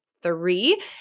three